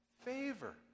favor